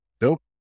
Nope